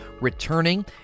returning